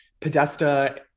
Podesta